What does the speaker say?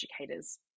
educators